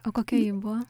o kokia ji buvo